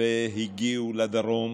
והגיעו לדרום